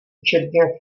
učebně